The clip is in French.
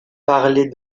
parler